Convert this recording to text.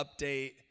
update